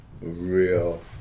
real